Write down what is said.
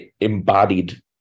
embodied